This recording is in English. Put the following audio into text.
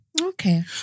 Okay